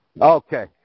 okay